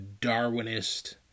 Darwinist